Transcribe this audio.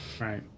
Right